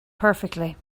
perfectly